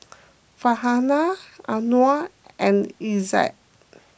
Farhanah Anuar and Izzat